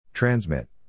Transmit